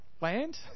land